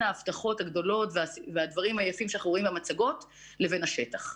ההבטחות הגדולות והדברים היפים שאנחנו רואים במצגות לבין השטח.